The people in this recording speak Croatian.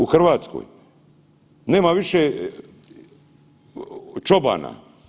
U Hrvatskoj, nema više čobana.